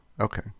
Okay